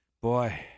Boy